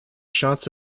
shots